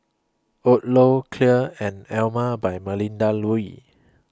Odlo Clear and Emel By Melinda Looi